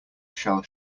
shall